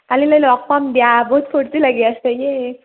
কালিলৈ লগ পাম দিয়া বহুত ফূৰ্তি লাগি আছে য়ে